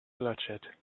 bloodshed